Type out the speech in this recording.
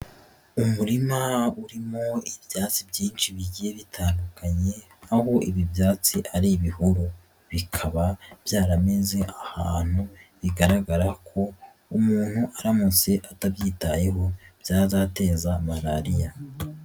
Umurima urimo ibyatsi byinshi bigiye bitandukanye aho ibi byatsi ari ibihuru bikaba byarameze ahantu bigaragara ko umuntu aramutse atabyitayeho byazateza Malariya.